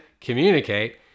communicate